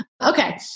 Okay